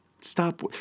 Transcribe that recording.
stop